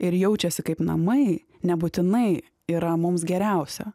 ir jaučiasi kaip namai nebūtinai yra mums geriausia